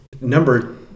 number